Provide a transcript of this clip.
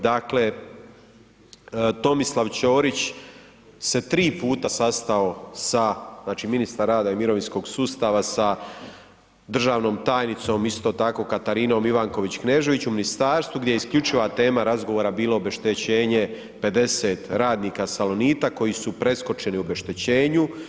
Dakle, Tomislav Ćorić se 3 puta sastao sa, znači ministar rada i mirovinskog sustava sa državnom tajnicom isto tako Katarinom Ivanković Knežević u ministarstvu gdje je isključiva tema razgovora bila obeštećenje 50 radnika Salonita koji su preskočeni u obeštećenju.